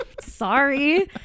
Sorry